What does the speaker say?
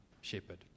shepherd